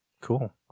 cool